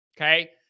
Okay